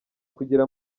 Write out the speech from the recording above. kugira